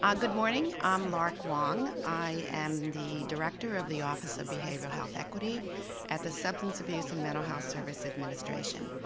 um good morning. i'm larke huang, and the director of the office of behavioral health equity at the substance abuse and mental health service administration.